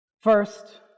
First